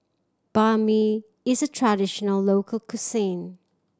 Banh Mi is a traditional local cuisine